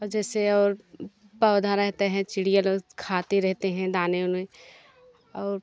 और जैसे और पौधा रहते हैं चिड़िया लोग खाते रहते हैं दाने उने और